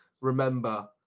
Remember